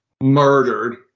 murdered